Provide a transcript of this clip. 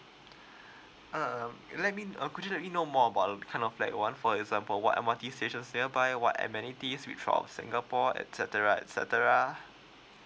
uh let me uh could you let me know more about kind of flat you want for example what M_R_T station nearby what amenities throughout singapore etcetera etcetera